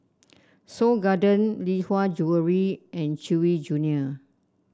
Seoul Garden Lee Hwa Jewellery and Chewy Junior